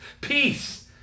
peace